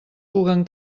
puguen